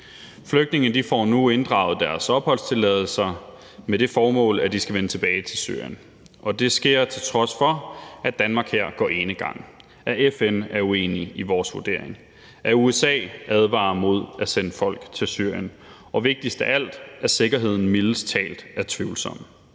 Flygtninge får nu inddraget deres opholdstilladelser med det formål, at de skal vende tilbage til Syrien, og det sker, til trods for at Danmark her går enegang, at FN er uenig i vores vurdering, at USA advarer mod at sende folk til Syrien, og vigtigst af alt: at sikkerheden mildest talt er tvivlsom.